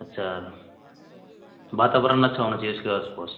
अच्छा वातावरण अच्छा होना चाहिए उसके आसपास